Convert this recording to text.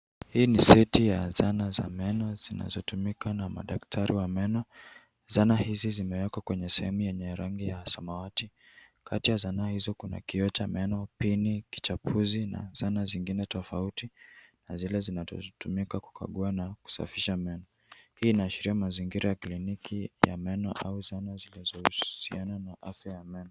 Hii ni seti ya zana za meno zinazotumika na madaktari wa meno. Zana hizi zimewekwa kwenye sehemu yenye rangi ya samawati. Kati ya zana hizo kuna kioo cha meno, peni, kichapuzi na zana zingine tofauti na zile zinazotumika kukagua na kusafisha meno. Hii inaashiria mazingira ya kliniki ya meno au zana zilizohusiana na afya ya meno.